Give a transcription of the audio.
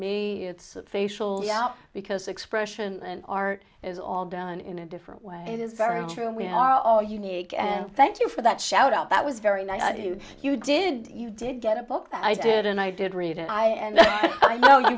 it's facial now because expression and art is all done in a different way it is very true and we are all unique and thank you for that shout out that was very nice you did you did get a book that i did and i did read and i and i